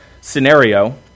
scenario